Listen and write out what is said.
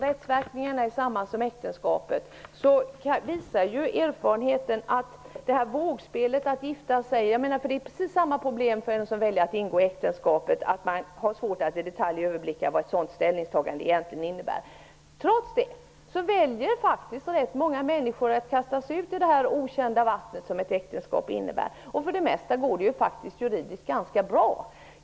Rättsverkningarna är desamma som när det gäller äktenskap. Det är ju ett vågspel också att gifta sig, för även den som skall ingå äktenskap har svårt att i detalj överblicka vad ett sådant ställningstagande egentligen innebär. Men erfarenheten visar att rätt många människor faktiskt väljer att kasta sig ut i det okända vatten som ett äktenskap innebär. För det mesta går det faktiskt juridiskt ganska bra.